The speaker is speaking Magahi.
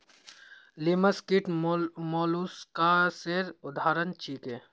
लिमस कीट मौलुसकासेर उदाहरण छीके